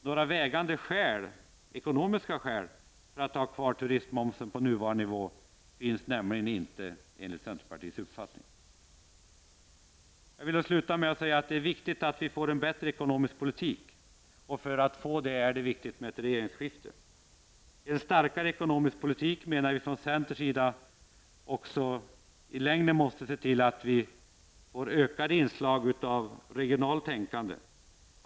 Några vägande ekonomiska skäl för att ha kvar turistmomsen på nuvarande nivå finns nämligen inte enligt centerpartiets uppfattning. Jag vill sluta med att säga att det är viktigt att vi får en bättre ekonomisk politik. För att få det är det viktigt med ett regeringsskifte. För att få en starkare ekonomisk politik menar vi i centern att vi i längden också måste se till att få ökade inslag av regionalt tänkande.